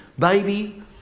baby